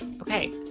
okay